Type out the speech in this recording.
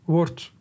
wordt